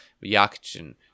reaction